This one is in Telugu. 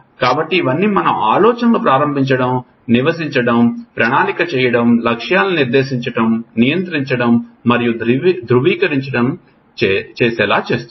కాబట్టి ఇవన్నీ మనం ఆలోచనలు ప్రారంభించడం నివసించడం ప్రణాళిక చేయడం లక్ష్యాలను నిర్దేశించడం నియంత్రించడం మరియు ధృవీకరించడం చేసేలా చేస్తుంది